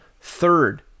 Third